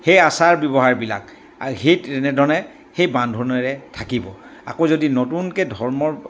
সেই আচাৰ ব্যৱহাৰবিলাক আৰু সেই তেনেধৰণে সেই বান্ধোনেৰে থাকিব আকৌ যদি নতুনকৈ ধৰ্মৰ